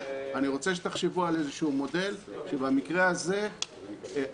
אני רוצה שתחשבו על איזשהו מודל שבמקרה הזה החובות